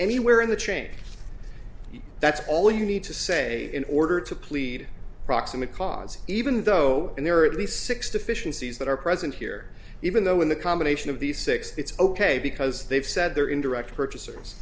anywhere in the chain that's all you need to say in order to plead proximate cause even though there are at least six deficiencies that are present here even though in the combination of these six it's ok because they've said they're indirect purchasers